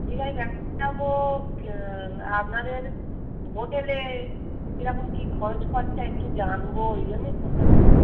দীঘায় বেড়াতে যাব আপনাদের হোটেলে কীরকম কী খরচ খরচা একটু জানব ওই জন্যই ফোনটা করেছি